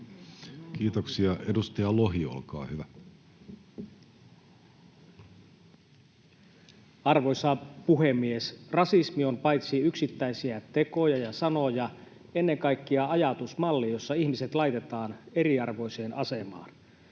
yhteiskunnassa Time: 15:19 Content: Arvoisa puhemies! Rasismi on paitsi yksittäisiä tekoja ja sanoja myös ennen kaikkea ajatusmalli, jossa ihmiset laitetaan eriarvoiseen asemaan.